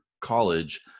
college